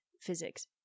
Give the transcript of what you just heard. physics